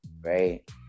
right